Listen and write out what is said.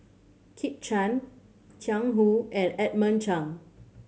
Kit Chan Jiang Hu and Edmund Cheng